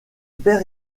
perd